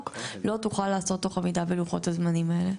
לא תוכל להיעשות תוך עמידה בלוחות הזמנים האלה.